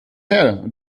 her